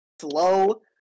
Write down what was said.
slow